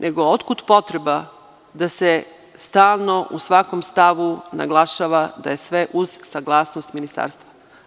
Nego, otkud potreba da se stalno, u svakom stavu, naglašava da je sve, uz saglasnost Ministarstva.